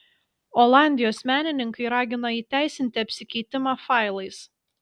olandijos menininkai ragina įteisinti apsikeitimą failais